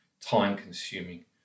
time-consuming